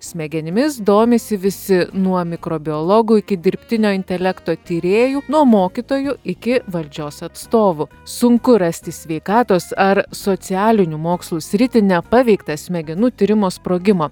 smegenimis domisi visi nuo mikrobiologų iki dirbtinio intelekto tyrėjų nuo mokytojų iki valdžios atstovų sunku rasti sveikatos ar socialinių mokslų sritį nepaveiktą smegenų tyrimo sprogimo